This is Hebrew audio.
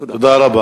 תודה.